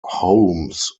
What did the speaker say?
holmes